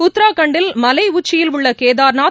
உத்ரகாண்டில் மலை உச்சியில் உள்ள கேதார்நாத்